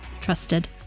Trusted